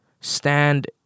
stand